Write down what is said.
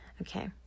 Okay